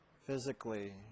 physically